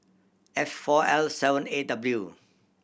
F four L seven A W